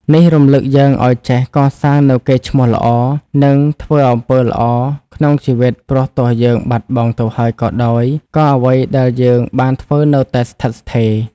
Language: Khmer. នេះរំលឹកយើងឲ្យចេះកសាងនូវកេរ្តិ៍ឈ្មោះល្អ និងធ្វើអំពើល្អក្នុងជីវិត ព្រោះទោះយើងបាត់បង់ទៅហើយក៏ដោយ ក៏អ្វីដែលយើងបានធ្វើនៅតែស្ថិតស្ថេរ។